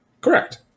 Correct